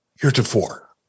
heretofore